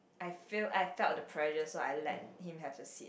I feel I felt the pressure so I let him have the seat